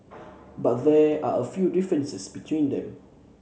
but there are a few differences between them